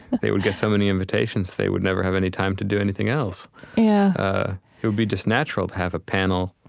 but they would get so many invitations they would never have any time to do anything else yeah it would be just natural to have a panel,